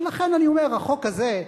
ולכן, אני אומר: החוק הזה,